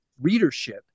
readership